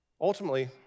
Ultimately